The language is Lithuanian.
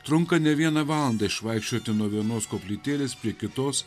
trunka ne vieną valandą išvaikščioti nuo vienos koplytėlės prie kitos